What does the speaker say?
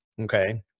Okay